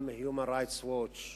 גם ה-Human Rights Watch,